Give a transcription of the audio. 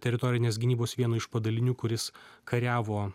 teritorinės gynybos vienu iš padalinių kuris kariavo